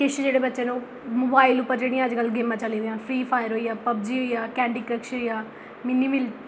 किश जेह्ड़े बच्चें न मोबाइल पर जेह्ड़ियां गेमां चली दियां न फ्री फायर होई आ पबजी होई आ कैंडी क्रश होई आ मिल्ली मिल